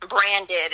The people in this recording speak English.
branded